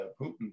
Putin